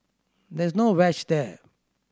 there is no wedge there